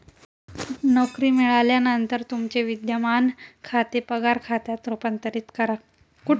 नोकरी मिळाल्यानंतर तुमचे विद्यमान खाते पगार खात्यात रूपांतरित करा